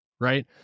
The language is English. right